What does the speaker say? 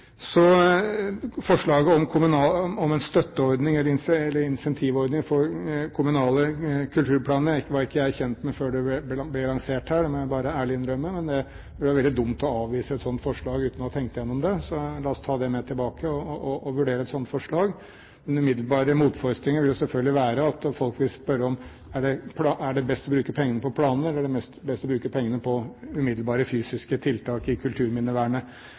Forslaget om en støtteordning eller incentivordning for kommunale kulturplaner var ikke jeg kjent med før det ble lansert her, det må jeg bare ærlig innrømme. Men det ville være veldig dumt å avvise et sånt forslag uten å tenke igjennom det, så la oss ta det med tilbake og vurdere det. Min umiddelbare motforestilling vil selvfølgelig være at folk vil spørre: Er det best å bruke pengene på planer, eller er det best å bruke pengene på umiddelbare fysiske tiltak i kulturminnevernet?